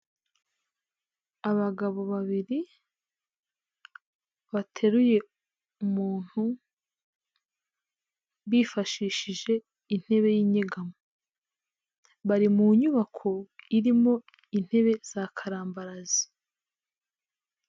Abagabo babiri bateruye umuntu bifashishije intebe y'inyegamo, bari mu nyubako irimo intebe za karambarazi.